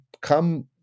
come